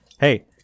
hey